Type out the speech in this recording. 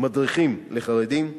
מדריכים לחרדים.